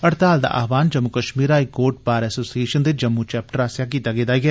हड़ताल दा आह्वाण Jammu Kashmir high court bar association दे जम्मू चैप्टर आस्सेआ कीता गेदा ऐ